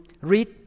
read